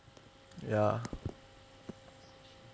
ya